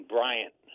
Bryant